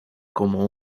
como